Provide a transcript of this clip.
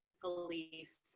police